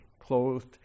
clothed